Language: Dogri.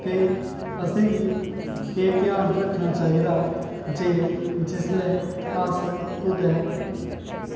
ते असेंगी एह् ध्यान रक्खना चाहिदा जे जिसलै अस कुदै